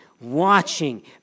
watching